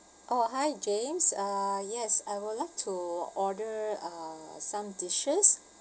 oh hi james uh yes I would like to order uh some dishes